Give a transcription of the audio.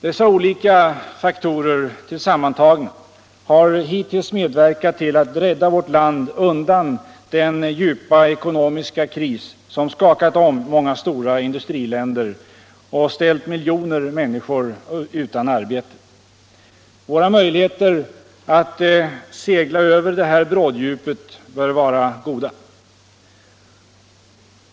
Dessa olika faktorer sammantagna har hittills medverkat till att rädda vårt land undan den djupa ekonomiska kris som skakat om många stora industriländer och ställt miljoner människor utan arbete. Våra möjligheter att segla över det här bråddjupet bör vara goda.